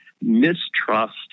mistrust